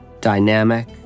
dynamic